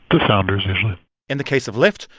the founders, usually in the case of lyft,